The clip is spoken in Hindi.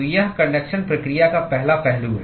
तो यह कन्डक्शन प्रक्रिया का पहला पहलू है